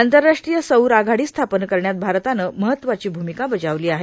आंतरराष्ट्रीय सौर आघाडी स्थापन करण्यात भारताने महत्त्वाची भूमिका बजावली आहे